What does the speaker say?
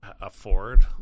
afford